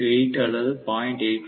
8 அல்லது 0